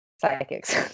psychics